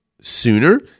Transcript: sooner